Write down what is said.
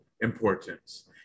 importance